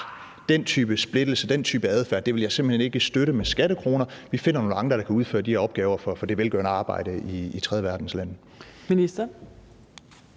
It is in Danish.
den type splittelse og den type adfærd vil jeg simpelt hen ikke støtte med skattekroner; vi finder nogle andre, der kan udføre de her opgaver for det velgørende arbejde i tredjeverdenslande?